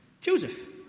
joseph